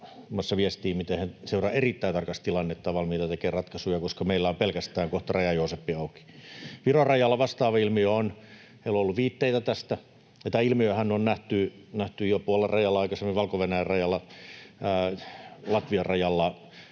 muassa viestii, miten he seuraavat erittäin tarkasti tilannetta ja ovat valmiita tekemään ratkaisuja, koska meillä on pelkästään kohta Raja-Jooseppi auki. Viron rajalla on vastaava ilmiö. Heillä on ollut viitteitä tästä. Tämä ilmiöhän on nähty jo Puolan rajalla aikaisemmin, Valko-Venäjän rajalla, Latvian rajalla,